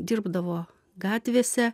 dirbdavo gatvėse